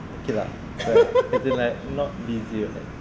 okay lah you didn't like not busy